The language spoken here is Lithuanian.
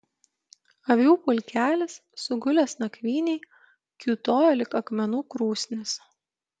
avių pulkelis sugulęs nakvynei kiūtojo lyg akmenų krūsnis